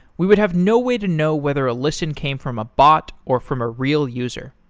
we would have no way to know whether a listen came from a bot, or from a real user.